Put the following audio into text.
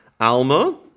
Alma